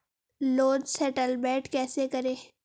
Loan settlement कैसे करें?